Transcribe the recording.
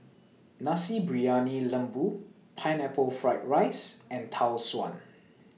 Nasi Briyani Lembu Pineapple Fried Rice and Tau Suan